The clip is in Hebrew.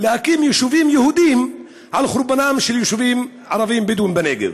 להקים יישובים יהודיים על חורבנם של יישובים ערביים בדואיים בנגב?